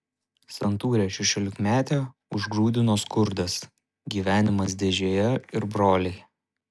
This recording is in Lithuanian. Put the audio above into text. santūrią šešiolikmetę užgrūdino skurdas gyvenimas dėžėje ir broliai